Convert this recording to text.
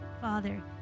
Father